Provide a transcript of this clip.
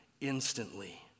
instantly